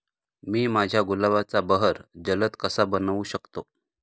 मी माझ्या गुलाबाचा बहर जलद कसा बनवू शकतो?